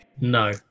No